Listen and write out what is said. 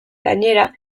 gainera